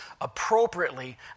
appropriately